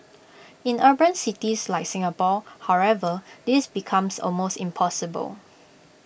in urban cities like Singapore however this becomes almost impossible